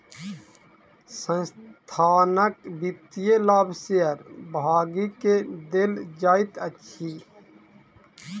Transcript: संस्थानक वित्तीय लाभ शेयर भागी के देल जाइत अछि